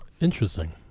Interesting